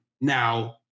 Now